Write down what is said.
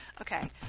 Okay